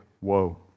woe